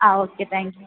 yes okay thank you